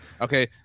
Okay